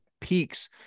peaks